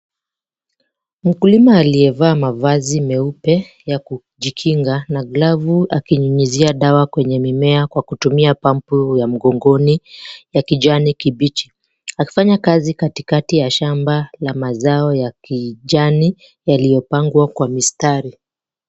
Mkulima aliyevaa mavazi meupe ya kujikinga, na glavu akinyunyizia dawa kwenye mimea kwa kutumia pampu ya mgongoni ya kijani kibichi. Akifanya kazi katikati ya shamba la mazao ya kijani, yaliyopangwa kwa mistari.